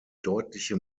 deutliche